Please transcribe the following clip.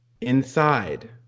inside